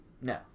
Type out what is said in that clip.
no